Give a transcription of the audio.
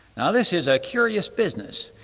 now this is a curious business,